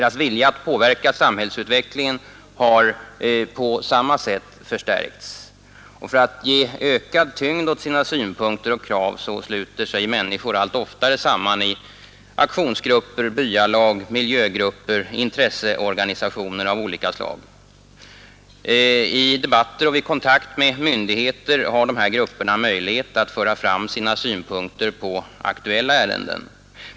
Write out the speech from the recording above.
Deras vilja att påverka samhällsutvecklingen har på samma sätt förstärkts. För att ge ökad tyngd åt sina synpunkter och krav sluter sig människor allt oftare samman i aktionsgrupper, byalag, miljögrupper, intresseorganisationer av olika slag. I debatter och vid kontakt med myndigheter har dessa grupper möjlighet att föra fram sina synpunkter på aktuella ärenden.